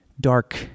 dark